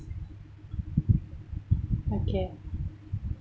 okay